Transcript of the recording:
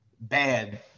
bad